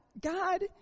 God